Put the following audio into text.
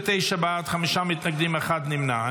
29 בעד, חמישה נגד, אחד נמנע.